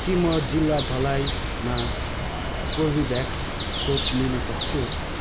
के म जिल्ला धलाईमा कर्बेभ्याक्स खोप लिन सक्छु